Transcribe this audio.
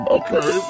okay